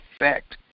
effect